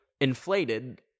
inflated